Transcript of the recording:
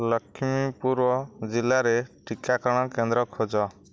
ଲକ୍ଷ୍ମୀପୁର ଜିଲ୍ଲାରେ ଟିକାକରଣ କେନ୍ଦ୍ର ଖୋଜ